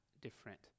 different